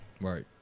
Right